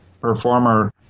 performer